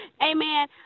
amen